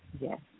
Yes